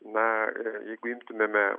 na jeigu imtumėme